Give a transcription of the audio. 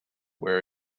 where